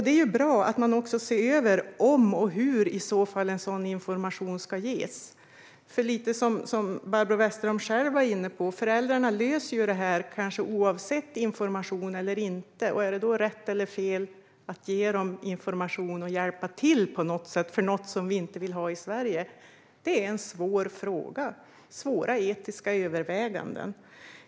Det är bra att man ser över om och hur sådan information i så fall ska ges. Som Barbro Westerholm själv var inne på löser föräldrarna detta oavsett om de får information eller inte. Är det då rätt eller fel att ge dem information och på något sätt hjälpa till med något som vi inte vill ha i Sverige? Detta är en svår fråga som medför svåra etiska överväganden.